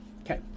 Okay